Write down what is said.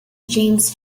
james